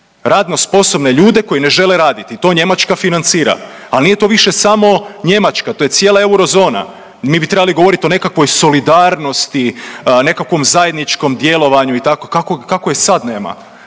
radno sposobne ljude koji ne žele raditi, to Njemačka financira, al nije to više samo Njemačka, to je cijela eurozona. Mi bi trebali govorit o nekakvoj solidarnosti, nekakvom zajedničkom djelovanju i tako, kako, kako je sad nema,